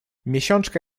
miesiączka